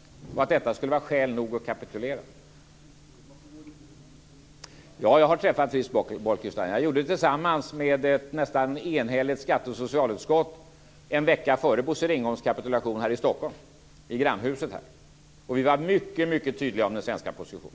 Ja, jag har träffat Fritz Bolkestein. Jag träffade honom tillsammans med ett nästan enhälligt skatteutskott och socialutskott i grannhuset här i Stockholm en vecka före Bosse Ringholms kapitulation. Vi var mycket tydliga om den svenska positionen,